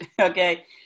Okay